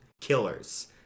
killers